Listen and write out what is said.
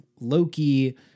Loki